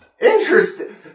Interesting